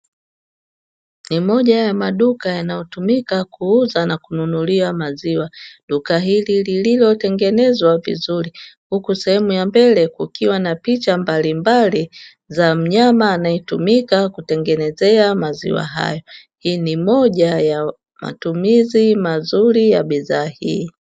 Ni moja ya maduka yanayotumika kuuza na kununulia maziwa; duka hili lililotengenezwa vizuri, huku sehemu ya mbele kukiwa na picha mbalimbali za mnyama anayetumika kutengenezea maziwa hayo; hii ni moja ya matumizi mazuri ya bidhaa hii.